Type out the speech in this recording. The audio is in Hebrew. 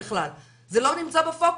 זה לא נמצא בפוקוס.